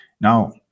Now